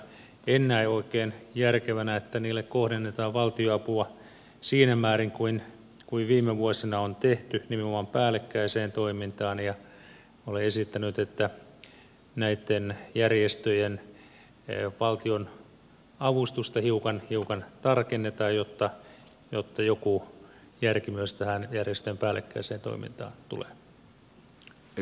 en näe oikein järkevänä että niille kohdennetaan valtionapua siinä määrin kuin viime vuosina on tehty nimenomaan päällekkäiseen toimintaan ja olen esittänyt että näitten järjestöjen valtionavustusta hiukan tarkennetaan jotta joku järki myös tähän järjestöjen päällekkäiseen toimintaan tulee